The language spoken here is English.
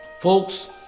Folks